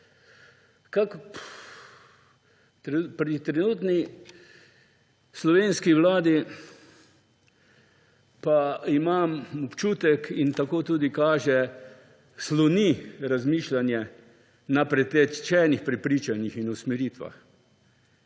Pri trenutni slovenski vladi pa imam občutek in tako tudi sloni razmišljanje na pretečenih prepričanjih in usmeritvah.